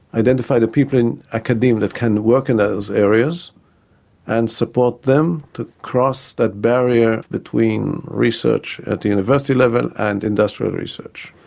identify the people in academe that can work in those areas and support them to cross the barrier between research at the university level and industrial research.